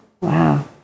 Wow